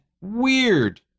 weird